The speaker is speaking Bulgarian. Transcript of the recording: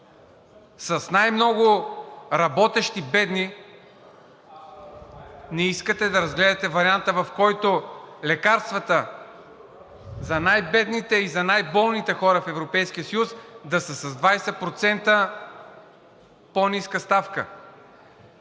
с най-много работещи бедни не искате да разгледате варианта, в който лекарствата за най бедните и за най-болните хора в Европейския съюз да са с 20% по-ниска ставка.